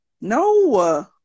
no